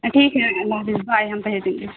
ٹھیک ہے اللہ حافظ بائے ہم بھیج دیں گے